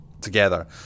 together